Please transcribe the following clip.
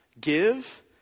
Give